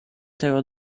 tego